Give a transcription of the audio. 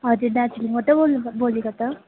हजुर दार्जिलिङबाट बोल्नु बोलेको त